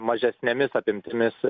mažesnėmis apimtimis